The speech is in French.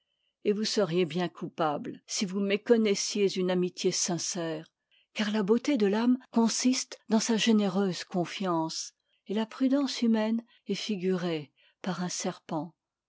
et vous seriez bien coupable si vous méconnaissiez une amitié sincère car la beauté de t'ame consiste dans sa généreuse confiance et la prudence hu maine est cgurée par un serpent